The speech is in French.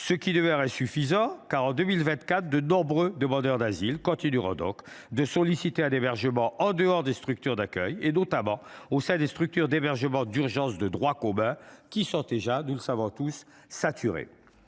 ce qui demeure insuffisant. En 2024, de nombreux demandeurs d’asile continueront par conséquent de solliciter un hébergement en dehors des structures d’accueil, notamment au sein des structures d’hébergement d’urgence de droit commun, qui sont déjà saturées, nous le savons tous. Autrement